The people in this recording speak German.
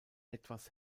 etwas